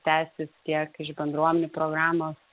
tęsis tiek iš bendruomenių programos